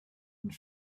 and